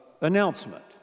announcement